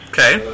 Okay